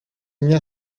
μια